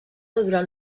durant